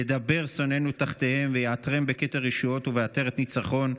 ידבר שונאינו תחתיהם ויעטרם בכתר ישועות ובעטרת ניצחון,